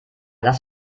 lass